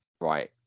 right